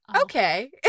Okay